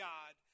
God